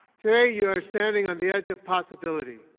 today you are standing on the edge of possibility.